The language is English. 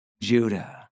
Judah